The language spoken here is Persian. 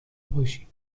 باشیم